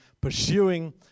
pursuing